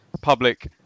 public